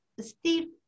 Steve